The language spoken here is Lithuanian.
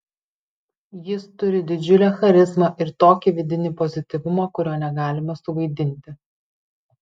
jis turi didžiulę charizmą ir tokį vidinį pozityvumą kurio negalima suvaidinti